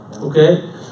Okay